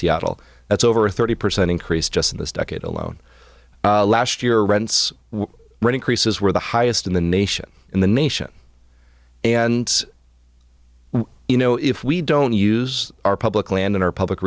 seattle that's over thirty percent increase just in this decade alone last year rents increases were the highest in the nation in the nation and you know if we don't use our public land in our public